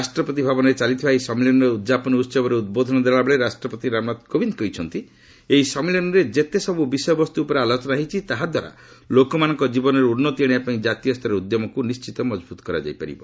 ରାଷ୍ଟ୍ରପତି ଭବନରେ ଚାଲିଥିବା ଏହି ସମ୍ମିଳନୀର ଉଦ୍ଯାପନୀ ଉହବରେ ଉଦ୍ବୋଧନ ଦେଲାବେଳେ ରାଷ୍ଟ୍ରପତି ରାମନାଥ କୋବିନ୍ଦ କହିଛନ୍ତି ଏହି ସମ୍ମିଳନୀରେ ଯେତେସବୁ ବିଷୟବସ୍ତୁ ଉପରେ ଆଲୋଚନା ହୋଇଛି ତାହା ଦ୍ୱାରା ଲୋକମାନଙ୍କ ଜୀବନମାନରେ ଉନ୍ତି ଆଣିବା ପାଇଁ ଜାତୀୟ ସ୍ତରରେ ଉଦ୍ୟମକ୍ତ ନିଶ୍ଚିତ ମକଭ୍ତ କରିବ